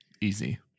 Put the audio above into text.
easy